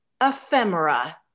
ephemera